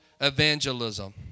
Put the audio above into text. evangelism